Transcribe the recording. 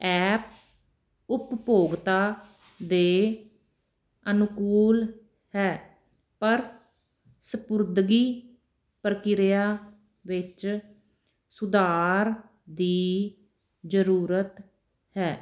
app ਉਪਭੋਗਤਾ ਦੇ ਅਨੁਕੂਲ ਹੈ ਪਰ ਸਪੁਰਦਗੀ ਪ੍ਰਕਿਰਿਆ ਵਿੱਚ ਸੁਧਾਰ ਦੀ ਜ਼ਰੂਰਤ ਹੈ